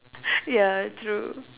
ya true